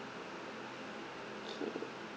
K